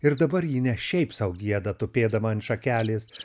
ir dabar ji ne šiaip sau gieda tupėdama ant šakelės